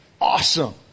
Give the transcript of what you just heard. Awesome